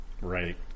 Right